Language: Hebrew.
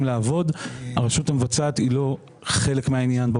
לעבוד ובמובן הזה הרשות המבצעת היא לא חלק מהעניין.